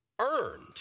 earned